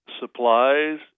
Supplies